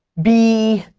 be,